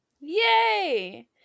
Yay